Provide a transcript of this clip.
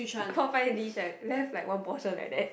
four five dish right left like one portion like that